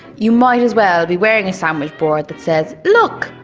you might as well be wearing a sandwich board that says look!